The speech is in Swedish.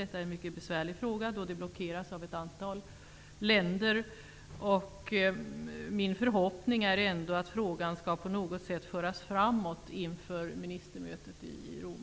Det är en mycket besvärlig fråga, då tillgodoseendet av detta önskemål blockeras av ett antal länder. Min förhoppning är ändå att frågan på något sätt skall föras framåt inför ministermötet i Rom.